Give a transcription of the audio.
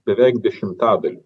beveik dešimtadaliu